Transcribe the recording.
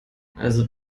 also